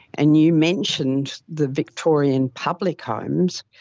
and you mentioned the victorian public homes,